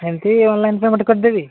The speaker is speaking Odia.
ଏମିତି ଅନଲାଇନ୍ ପେମେଣ୍ଟ୍ କରିଦେବି